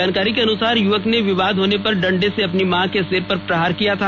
जानकारी के अनुसार युवक ने विवाद होने पर डंडे से अपनी मां के सिर पर प्रहार किया था